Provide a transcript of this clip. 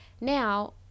Now